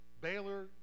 Baylor